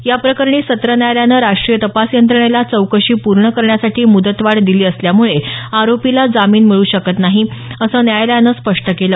याप्रकरणी सत्र न्यायालयानं राष्ट्रीय तपास यंत्रणेला चौकशी पूर्ण करण्यासाठी मुदतवाढ दिली असल्यामुळे आरोपीला जामिन मिळू शकत नाही असं न्यायालयानं स्पष्ट केलं